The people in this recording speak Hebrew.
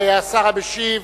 השר המשיב,